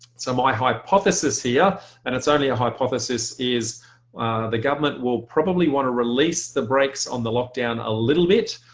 so my hypothesis here and it's only a hypothesis, is the government will probably want to release the brakes on the lockdown a little bit,